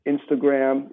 Instagram